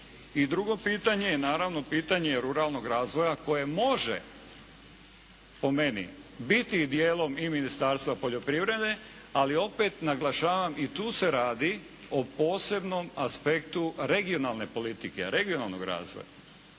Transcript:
I drugo pitanje je naravno pitanje ruralnog razvoja koje može po meni biti dijelom i Ministarstva poljoprivrede, ali opet naglašavam i tu se radi o posebnom aspektu regionalne politike, regionalnog razvoja.